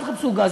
אל תחפשו גז,